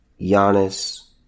Giannis